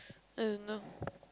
I don't know